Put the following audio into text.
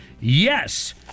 Yes